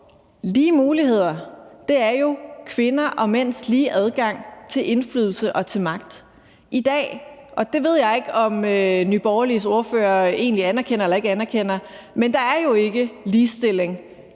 Lige muligheder er jo, at kvinder og mænd har lige adgang til indflydelse og til magt. I dag – og det ved jeg ikke om Nye Borgerliges ordfører egentlig anerkender eller ikke anerkender – er der jo ikke ligestilling